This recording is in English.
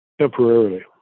temporarily